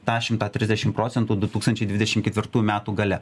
tą šimtą trisdešimt procentų du tūkstančiai dvidešimt ketvirtųjų metų gale